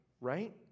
right